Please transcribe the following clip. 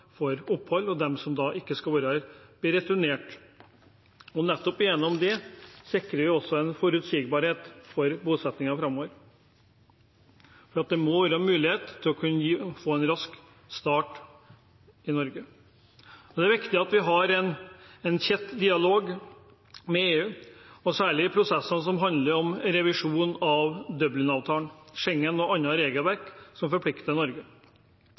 da ikke skal være her, blir returnert. Gjennom dette sikrer vi også en forutsigbarhet for bosettingen framover, for det må være mulig å få en start i Norge raskt. Det er viktig at vi har en tett dialog med EU, særlig i prosesser som handler om revisjon av Dublin-avtalen, Schengen og annet regelverk som forplikter Norge.